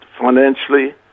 financially